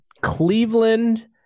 Cleveland